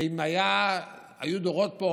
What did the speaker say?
ואם היו דורות פה,